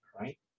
Right